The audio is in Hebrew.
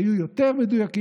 היה יותר מדויק,